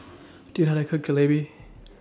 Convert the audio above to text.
Do YOU How to Cook Jalebi